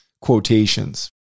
quotations